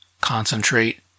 concentrate